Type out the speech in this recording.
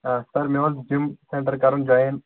آ سَر مےٚ اوس جِم سٮ۪نٹَر کَرُن جۄیِن